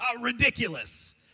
Ridiculous